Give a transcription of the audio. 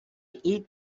eat